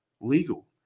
legal